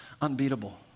unbeatable